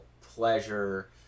pleasure